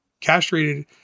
castrated